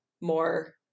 more